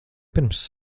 pirms